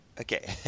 Okay